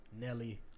Nelly